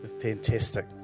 fantastic